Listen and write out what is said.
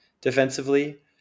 defensively